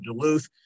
Duluth